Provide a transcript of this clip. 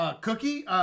Cookie